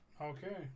Okay